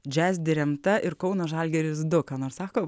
jazz diremta ir kauno žalgiris du ką nors sako